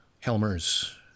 Helmer's